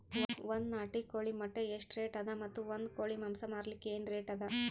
ಒಂದ್ ನಾಟಿ ಕೋಳಿ ಮೊಟ್ಟೆ ಎಷ್ಟ ರೇಟ್ ಅದ ಮತ್ತು ಒಂದ್ ಕೋಳಿ ಮಾಂಸ ಮಾರಲಿಕ ಏನ ರೇಟ್ ಅದ?